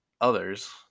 others